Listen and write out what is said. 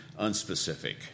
unspecific